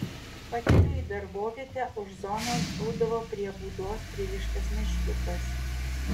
pakeliui į darbovietę už zonos būdavo prie būdos pririštas meškiukas